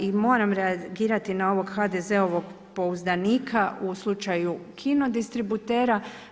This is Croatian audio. I moram reagirati na ovog HDZ-ovog pouzdanika u slučaju kino distributera.